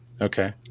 Okay